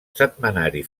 setmanari